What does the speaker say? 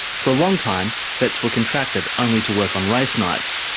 for a long time, vets were contracted only to work on race nights.